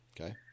okay